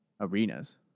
arenas